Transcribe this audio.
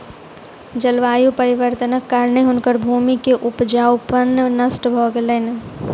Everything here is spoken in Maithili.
जलवायु परिवर्तनक कारणेँ हुनकर भूमि के उपजाऊपन नष्ट भ गेलैन